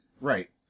Right